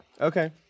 Okay